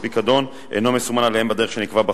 הפיקדון אינו מסומן עליהם בדרך שנקבעה בחוק.